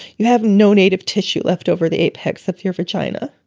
you have no native tissue left over the apex of your vagina.